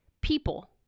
people